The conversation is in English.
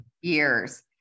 Years